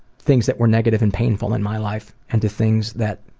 things that were negative and painful in my life into things that